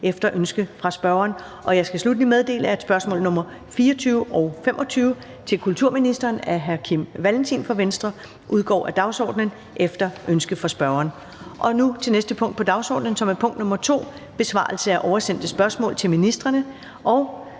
efter ønske fra spørgeren. Og jeg skal sluttelig meddele, at spørgsmål nr. 24 og 25 (spm. nr. S 1182 og S 1184) til kulturministeren af hr. Kim Valentin (V) udgår af dagsordenen efter ønske fra spørgeren. --- Det næste punkt på dagsordenen er: 2) Besvarelse af oversendte spørgsmål til ministrene